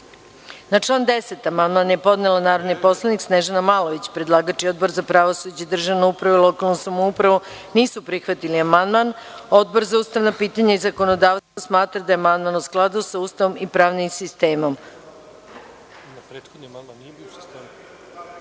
član 10. amandman je podnela narodni poslanik Snežana Malović. Predlagač i Odbor za pravosuđe, državnu upravu i lokalnu samoupravu nisu prihvatili amandman. Odbor za ustavna pitanja i zakonodavstvo smatra da je amandman u skladu sa Ustavom i pravnim sistemom.(S